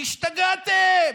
למקור: השתגעתם?